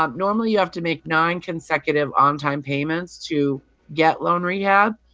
um normally, you have to make nine consecutive on-time payments to get loan rehab.